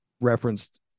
referenced